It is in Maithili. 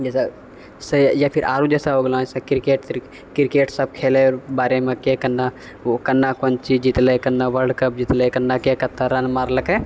जैसे या फिर आरो जैसे हो गेलँ क्रिकेट क्रिकेटसभ खेलय बारेमे के कन्ने कन्ने कोन चीज जीतलै कन्ने वर्ल्ड कप जीतलै कन्ने के कते रन मारलकै